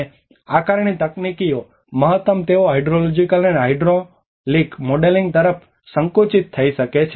અને આકારણી તકનીકીઓ મહત્તમ તેઓ હાઇડ્રોલોજિકલ અને હાઇડ્રોલિક મોડેલિંગ તરફ સંકુચિત થઈ શકે છે